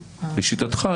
לשיטתך,